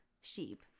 sheep